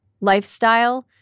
lifestyle